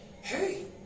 Hey